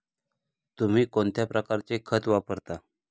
तुम्ही कोणत्या प्रकारचे खत वापरता?